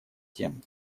тем